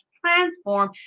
transform